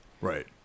right